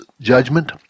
judgment